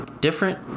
different